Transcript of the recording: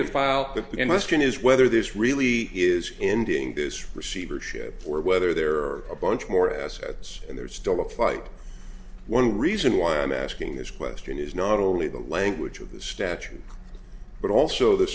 to file the in my skin is whether this really is ending this receivership or whether there are a bunch more assets and there's still a fight one reason why i'm asking this question is not only the language of the statute but also the